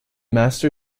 master